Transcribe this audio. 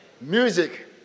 Music